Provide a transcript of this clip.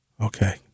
Okay